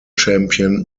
champion